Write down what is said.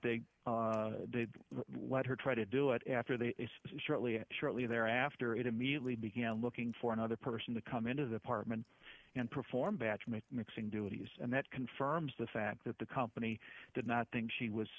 they let her try to do it after they shortly and shortly thereafter it immediately began looking for another person to come into the apartment and perform batumi mixing duties and that confirms the fact that the company did not think she was